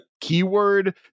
keyword